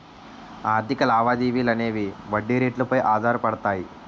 ఆర్థిక లావాదేవీలు అనేవి వడ్డీ రేట్లు పై ఆధారపడతాయి